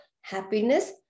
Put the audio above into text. happiness